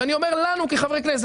ואני אומר לנו כחברי כנסת,